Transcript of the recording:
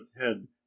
head